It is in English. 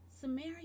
Samaria